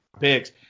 picks